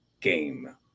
game